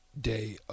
day